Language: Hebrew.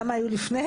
כמה היו לפני?